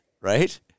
right